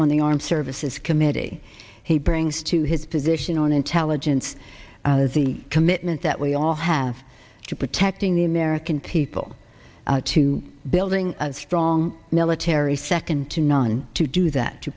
on the armed services committee he brings to his position on intelligence the commitment that we all have to protecting the american people to building a strong military second to none to do that to